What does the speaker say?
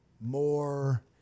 More